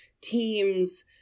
teams